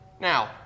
Now